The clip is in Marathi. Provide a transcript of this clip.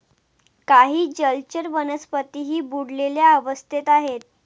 काही जलचर वनस्पतीही बुडलेल्या अवस्थेत आहेत